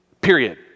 period